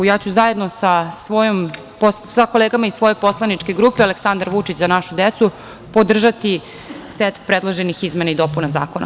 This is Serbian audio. Ja ću zajedno sa kolegama iz svoje poslaničke grupe Aleksandar Vučić – za našu decu, podržati set predloženih izmena i dopuna zakona.